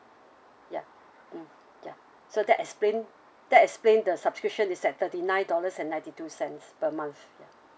ya mm ya so that explained that explained the subscription is at thirty nine dollars and ninety two cents per month